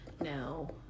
No